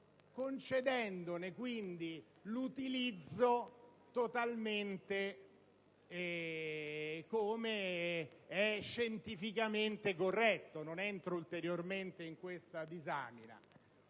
concedendone quindi totalmente l'utilizzo, come è scientificamente corretto (non entro ulteriormente in questa disamina).